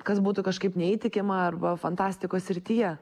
kas būtų kažkaip neįtikima arba fantastikos srityje